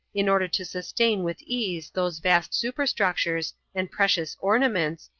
in order to sustain with ease those vast superstructures and precious ornaments,